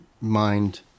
mind